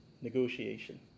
negotiation